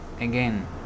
again